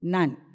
None